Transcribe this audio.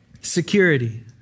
Security